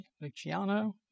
Luciano